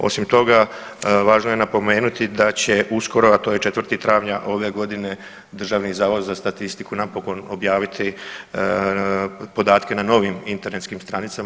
Osim toga važno je napomenuti da će uskoro, a to je 4. travanja ove godine Državni zavod za statistiku napokon objaviti podatke na novim internetskim stranicama.